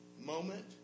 Moment